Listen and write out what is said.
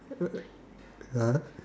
uh ah